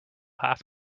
have